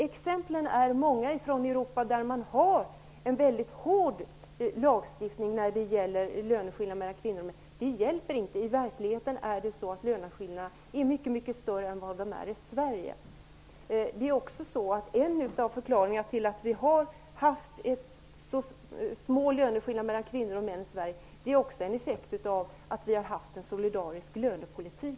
Exemplen är många från Europa där man har en väldigt hård lagstiftning om löneskillnader mellan kvinnor och män. Det hjälper inte. I verkligheten är löneskillnaderna där mycket större än i Sverige. En av förklaringarna till att vi har haft små löneskillnader i Sverige är att vi tidigare har haft en solidarisk lönepolitik.